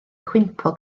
cwympo